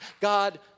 God